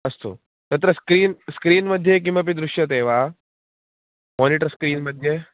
अस्तु तत्र स्क्रीन् स्क्रीन्मध्ये किमपि दृश्यते वा मोनिटर् स्क्रीन्मध्ये